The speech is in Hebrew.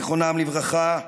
זיכרונם לברכה,